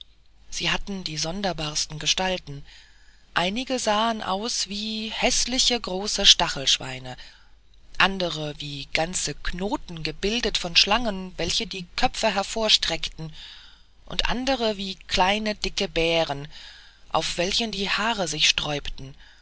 sie hatten die sonderbarsten gestalten einige sahen aus wie häßliche große stachelschweine andere wie ganze knoten gebildet von schlangen welche die köpfe hervorstreckten und andere wie kleine dicke bären auf welchen die haare sich sträubten